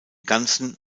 ganzen